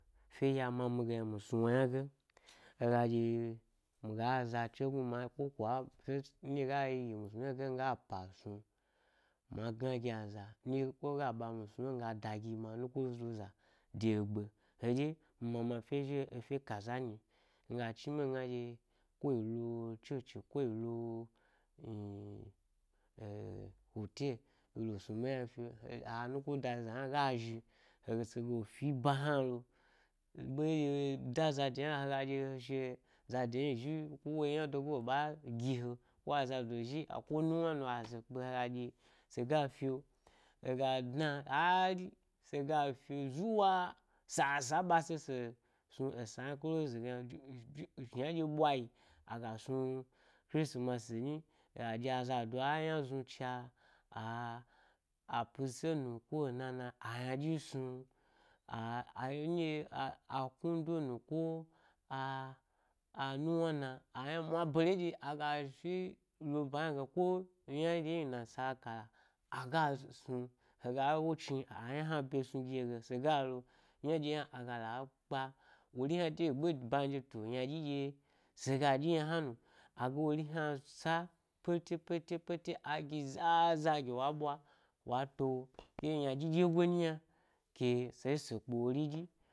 Fye ɗye mami ge yna mi snu wo ynage. Hega ɗye-miga aza che gnuda ko kwa-nɗye ga yi gimi snu ynage, miga epa snu ma gna gi aza nɗye, gag a ɓami mi snu a, lon mi ga da gi mi anukodo za, de egbe’ heɗye, mi mama fye zhi’o efye kaza nyi, mi ga chni ɓe megna ɗye-ko yizo-chochi, ko yi lo-e inn-eh-eh hotel, yi lo snu ɓe hna fyo he anuko da za hna ga zhi he, sega lo fi ba hnalo-ɓe ɗye da’za de ye yna hega ɗye he shi zade zhi ko wo yi ynade wo ɓa gi he, ko aza do zhi a ko nuwna nu a ze kpe he, hega sega fyo, hega dna âri, sega fyo zu-wa sasa ɓase, se snu esa yna closing ge yna shna dye ɓwayi aga snu kristimasi nyi a ɗye a, zado a yna znucha a-a pisse nu ko ena na a ynaɗyi snu a’ a- a knudo nu ko-a-a- nuwna na, ayna mwabare nɗye aga shi lo ba yna ge yna ko ynaɗye hni, nasala kâalla aga snu hega wo chni ayna ɓye snu gi he ge sega lo yndye hna aga la kpa wori hna de yi gbo bande to ynaɗyi nɗye sega ɗyi yna hna no, aga wori hna sa pete, pete, pete a gi zâzâ gi wa to wo, ke ɗye ynaɗyi ɗyegoi nyi hna se shi se kpe wori dyi.